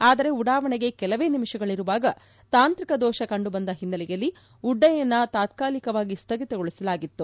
ಆದರೆ ಉಡಾವಣೆಗೆ ಕೆಲವೇ ನಿಮಿಷಗಳರುವಾಗ ತಾಂತ್ರಿಕ ದೋಷಗಳು ಕಂಡು ಬಂದ ಹಿನ್ನೆಲೆಯಲ್ಲಿ ಉಡ್ಡಯನವನ್ನು ತಾತ್ಕಾಲಿಕವಾಗಿ ಸ್ಥಗಿತಗೊಳಿಸಲಾಗಿತ್ತು